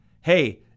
Hey